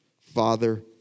Father